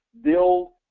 build